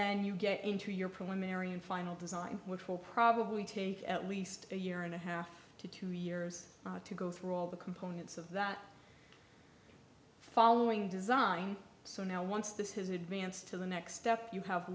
then you get into your preliminary and final design which will probably take at least a year and a half to two years to go through all the components of that following design so now once this has advanced to the next step you have